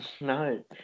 No